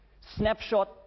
snapshot